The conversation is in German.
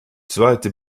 zweite